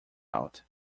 out